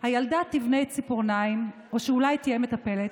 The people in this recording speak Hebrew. הילדה תבנה ציפורניים / או שאולי תהיה מטפלת,